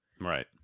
Right